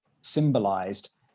symbolized